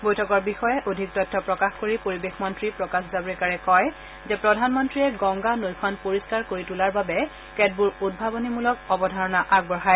বৈঠকৰ বিষয়ে অধিক তথ্য প্ৰকাশ কৰি পৰিৱেশ মন্ত্ৰী প্ৰকাশ জাভ্ৰেকাৰে কয় যে প্ৰধানমন্ত্ৰীয়ে গংগা নৈখন পৰিস্থাৰ কৰি তোলাৰ বাবে কেতবোৰ উদ্ভাৱনমূলক অৱধাৰণা আগবঢ়ায়